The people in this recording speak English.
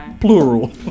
Plural